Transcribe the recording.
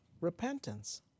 repentance